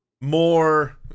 more